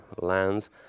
lands